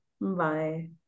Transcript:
Bye